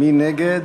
מי נגד?